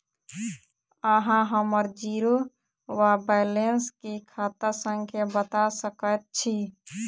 अहाँ हम्मर जीरो वा बैलेंस केँ खाता संख्या बता सकैत छी?